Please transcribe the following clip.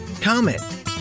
Comment